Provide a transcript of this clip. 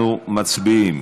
אנחנו מצביעים